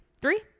three